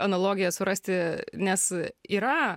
analogiją surasti nes yra